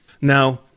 Now